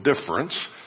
difference